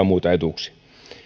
muita etuuksia